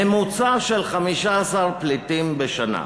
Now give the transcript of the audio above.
ממוצע של 15 פליטים בשנה.